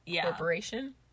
corporation